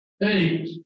Hey